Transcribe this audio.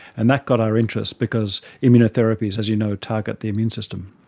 and that got our interest because immunotherapies, as you know, target the immune system.